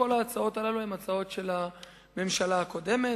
כל ההצעות הללו הן הצעות של הממשלה הקודמת.